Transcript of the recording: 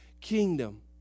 kingdom